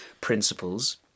principles